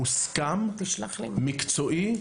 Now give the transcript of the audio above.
מוסכם, מקצועי,